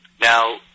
now